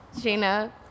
Gina